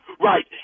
Right